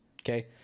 Okay